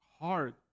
hard